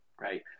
right